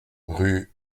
rue